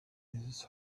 his